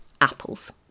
apples